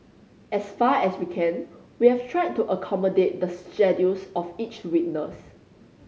as far as we can we have tried to accommodate the schedules of each witness